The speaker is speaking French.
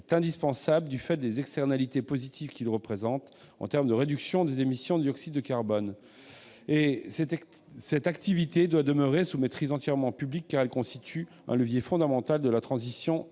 est indispensable du fait des externalités positives qu'il représente, en termes de réduction des émissions de dioxyde de carbone. Cette activité doit demeurer sous maîtrise entièrement publique, car elle constitue un levier fondamental de la transition énergétique.